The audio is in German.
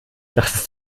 dachtest